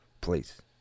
please